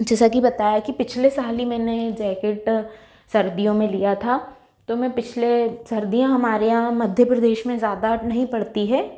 जैसा कि बताया कि पिछले साल ही मैंने जैकेट सर्दियों में लिया था तो मैं पिछले सर्दियाँ हमारे यहाँ मध्य प्रदेश में ज़्यादा नहीं पड़ती हैं